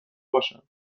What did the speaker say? باشند